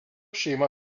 šeima